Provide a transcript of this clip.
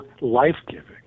life-giving